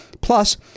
plus